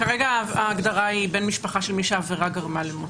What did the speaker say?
כרגע ההגדרה היא בן משפחה של מי שהעבירה גרמה למותו.